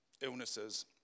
illnesses